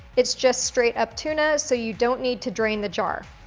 it's just straight-up tuna, so you don't need to drain the jar.